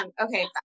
Okay